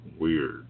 weird